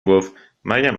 گفتمریم